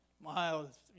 miles